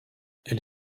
elle